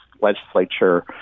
legislature